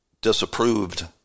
disapproved